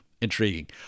Intriguing